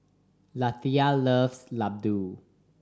Lethia loves laddu